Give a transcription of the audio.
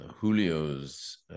Julio's